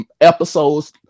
episodes